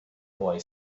boy